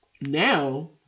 Now